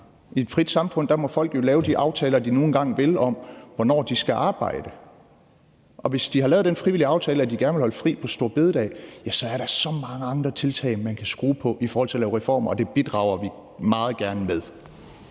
I et frit samfund må folk jo lave de aftaler, de nu engang vil, om, hvornår de skal arbejde. Og hvis de har lavet den frivillige aftale, at de gerne vil holde fri på store bededag, så er der så mange andre tiltag, man kan skrue på i forhold til at lave reformer, og det bidrager vi meget gerne til.